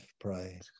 pray